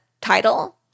title